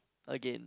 again